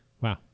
Wow